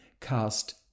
cast